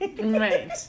Right